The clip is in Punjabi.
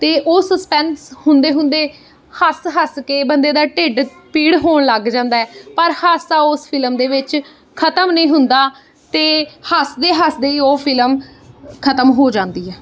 ਅਤੇ ਉਹ ਸਸਪੈਂਸ ਹੁੰਦੇ ਹੁੰਦੇ ਹੱਸ ਹੱਸ ਕੇ ਬੰਦੇ ਦਾ ਢਿੱਡ ਪੀੜ ਹੋਣ ਲੱਗ ਜਾਂਦਾ ਪਰ ਹਾਸਾ ਉਸ ਫਿਲਮ ਦੇ ਵਿੱਚ ਖਤਮ ਨਹੀਂ ਹੁੰਦਾ ਅਤੇ ਹੱਸਦੇ ਹੱਸਦੇ ਉਹ ਫਿਲਮ ਖਤਮ ਹੋ ਜਾਂਦੀ ਹੈ